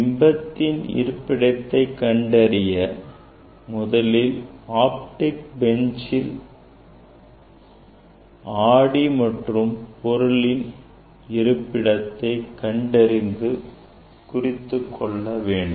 பிம்பத்தின் இருப்பிடத்தை கண்டறிய முதலில் Optic benchல் ஆடி மற்றும் பொருளின் இருப்பிடத்தை கண்டறிந்து குறித்துக்கொள்ள வேண்டும்